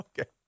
Okay